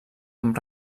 amb